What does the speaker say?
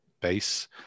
base